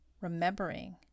remembering